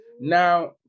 Now